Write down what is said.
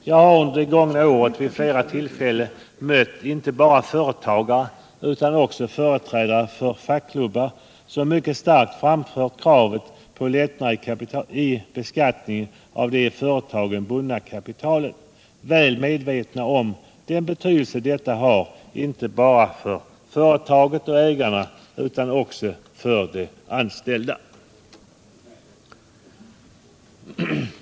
Jag har under det gångna året vid flera tillfällen mött inte bara företagare utan också företrädare för fackklubbar som mycket starkt framfört kravet på lättnader i beskattningen av det i företaget bundna kapitalet, väl medvetna om den betydelse detta har, inte bara för företaget och ägarna utan också för de anställda.